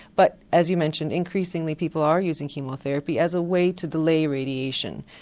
but as you mentioned, increasingly people are using chemotherapy as a way to delay radiation.